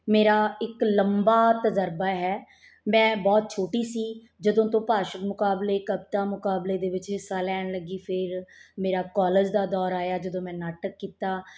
ਮੇਰਾ ਇੱਕ ਲੰਬਾ ਤਜ਼ਰਬਾ ਹੈ ਮੈਂ ਬਹੁਤ ਛੋਟੀ ਸੀ ਜਦੋਂ ਤੋਂ ਭਾਸ਼ਣ ਮੁਕਾਬਲੇ ਕਵਿਤਾ ਮੁਕਾਬਲੇ ਦੇ ਵਿੱਚ ਹਿੱਸਾ ਲੈਣ ਲੱਗੀ ਫਿਰ ਮੇਰਾ ਕੋਲਜ ਦਾ ਦੌਰ ਆਇਆ ਜਦੋਂ ਮੈਂ ਨਾਟਕ ਕੀਤਾ